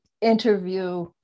interview